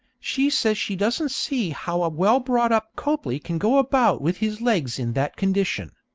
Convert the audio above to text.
she says she doesn't see how a well-brought-up copley can go about with his legs in that condition.